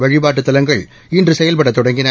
வழிபாட்டு தலங்கள் இன்று செயல்படத் தொடங்கின